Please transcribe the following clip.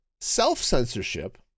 self-censorship